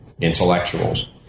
intellectuals